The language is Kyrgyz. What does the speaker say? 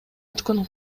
өткөн